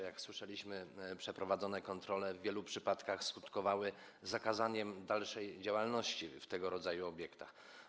Jak słyszeliśmy, przeprowadzone kontrole w wielu przypadkach skutkowały zakazaniem dalszej działalności tego rodzaju obiektów.